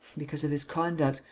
because of his conduct.